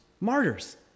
martyrs